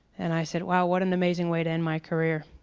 and i said wow, what amazing way to end my career.